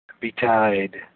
betide